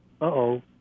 uh-oh